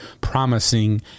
promising